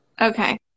Okay